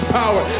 power